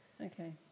Okay